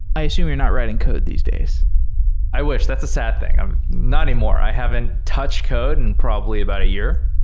i assume you're not writing code these days i wish. that's a sad thing. i'm not anymore. i haven't touched code in probably about a year,